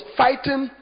fighting